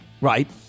Right